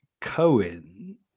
Cohen